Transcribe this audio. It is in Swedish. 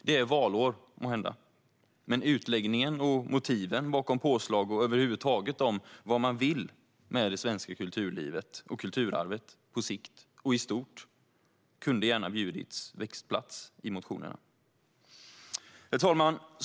Det är måhända valår, men utläggningen om motiven bakom påslag och över huvud taget vad man vill med det svenska kulturlivet och kulturarvet på sikt och i stort kunde gärna ha bjudits växtplats i motionerna. Herr talman!